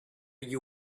you